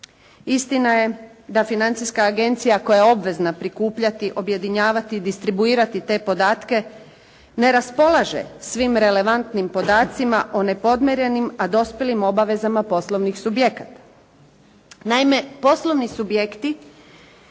Istina je da Financijska agencija koja je obvezna prikupljati, objedinjavati, distribuirati te podatke ne raspolaže svim relevantnim podacima o nepodmirenim, a dospjelim obavezama poslovnih subjekata. Naime, poslovni subjekti